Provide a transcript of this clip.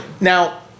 Now